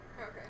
Okay